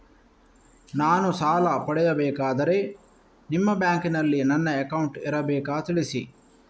ನಾನು ಸಾಲ ಪಡೆಯಬೇಕಾದರೆ ನಿಮ್ಮ ಬ್ಯಾಂಕಿನಲ್ಲಿ ನನ್ನ ಅಕೌಂಟ್ ಇರಬೇಕಾ ತಿಳಿಸಿ?